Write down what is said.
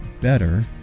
better